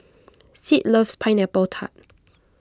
Sid loves Pineapple Tart